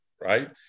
right